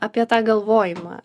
apie tą galvojimą